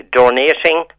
donating